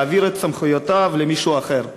להעביר את סמכויותיו למישהו אחר?